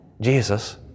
Jesus